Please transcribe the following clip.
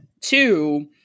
two